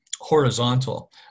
horizontal